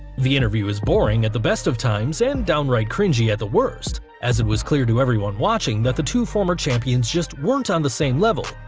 the interview is boring at the best of times and downright cringey at the worst, as it was clear to everyone watching that the two former champions just weren't on the same level,